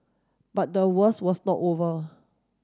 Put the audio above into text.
but the worst was not over